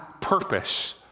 purpose